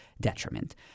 detriment